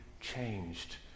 changed